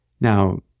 Now